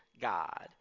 God